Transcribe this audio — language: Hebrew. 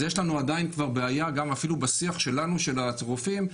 אז יש לנו עדיין כבר בעיה אפילו בשיח שלנו של הרופאים,